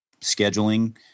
Scheduling